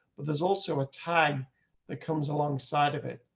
but there's also a time that comes alongside of it.